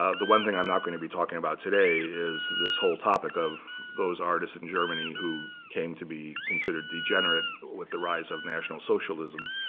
the one thing i'm not going to be talking about today is this whole topic of those artists in germany who came to be considered degenerate with the rise of national socialism,